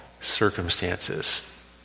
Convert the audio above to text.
circumstances